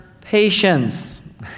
patience